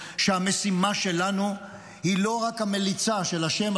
שהמשימה שלנו היא לא רק המליצה של השם הזה,